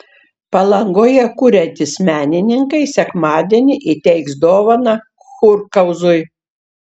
palangoje kuriantys menininkai sekmadienį įteiks dovaną kurhauzui